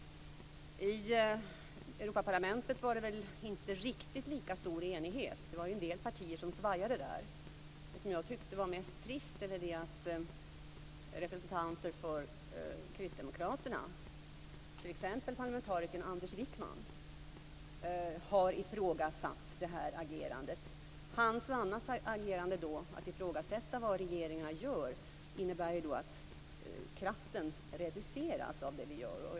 I Europaparlamentet var det inte riktigt lika stor enighet. Det var ju en del partier som svajade där. Det som jag tycker är mest trist är att representanter för Wijkman, har ifrågasatt vårt agerande. Hans och andras agerande, att ifrågasätta vad regeringarna gör, innebär att kraften reduceras i det som vi gör.